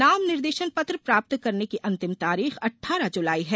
नाम निर्देशन पत्र प्राप्त करने की अंतिम तारीख अठारह जुलाई है